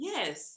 Yes